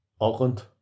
Auckland